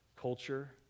culture